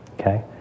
okay